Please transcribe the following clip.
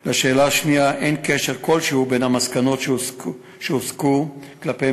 2. אין קשר כלשהו בין המסקנות שהוסקו כלפי